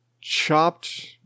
chopped